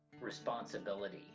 responsibility